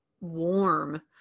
warm